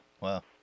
Wow